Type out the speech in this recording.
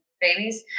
babies